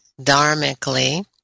dharmically